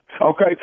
okay